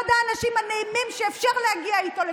אחד האנשים הנעימים, שאפשר להגיע איתו לסיכומים,